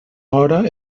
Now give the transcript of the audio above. hora